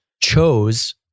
chose